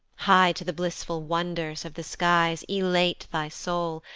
high to the blissful wonders of the skies elate thy soul,